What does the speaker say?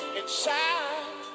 inside